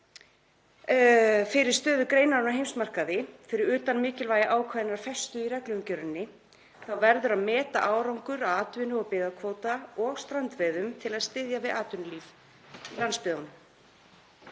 fyrir stöðu greinarinnar á heimsmarkaði. Fyrir utan mikilvægi ákveðinnar festu í regluumgjörðinni verður að meta árangur af atvinnu- og byggðakvóta og strandveiðum til að styðja við atvinnulíf í landsbyggðunum.